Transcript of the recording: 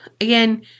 again